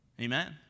Amen